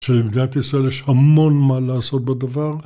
שלמדינת ישראל יש המון מה לעשות בדבר